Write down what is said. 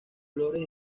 flores